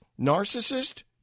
narcissist